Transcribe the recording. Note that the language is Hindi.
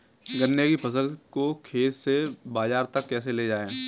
गन्ने की फसल को खेत से बाजार तक कैसे लेकर जाएँ?